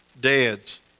Dads